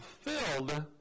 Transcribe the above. fulfilled